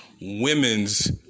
Women's